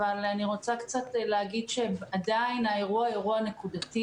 אבל עדיין האירוע הוא נקודתי.